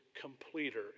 completer